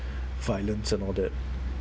violence and all that